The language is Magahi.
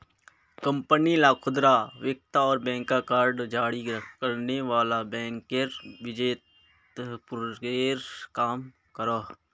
कंपनी ला खुदरा विक्रेता आर बैंक कार्ड जारी करने वाला बैंकेर बीचोत पूलेर काम करोहो